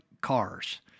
cars